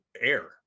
air